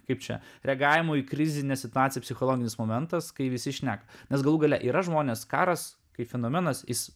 kaip čia reagavimo į krizinę situaciją psichologinis momentas kai visi šneka nes galų gale yra žmonės karas kaip fenomenas jis